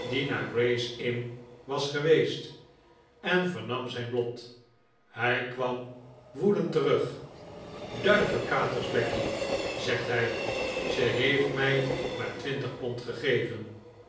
naar gray's inn was geweest en vernam zijn lot hij kwam woedend terug duivekaters becky zegt hij ze heeft mij maar twintig pond gegeven